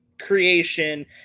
creation